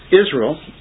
Israel